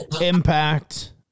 impact